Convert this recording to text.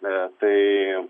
na tai